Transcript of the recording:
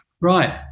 Right